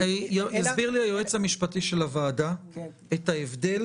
הסביר לי היועץ המשפטי של הוועדה את ההבדל